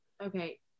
Okay